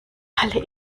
alle